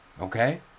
okay